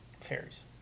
fairies